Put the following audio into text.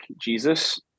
Jesus